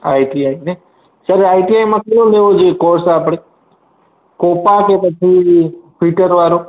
I T I ને sir આઈટીઆઈમાં કયો લેવો જોઈએ કોર્સ આપણે કોપા કે પછી ફીટરવાળો